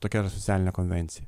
tokia yra socialinė konvencija